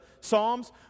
Psalms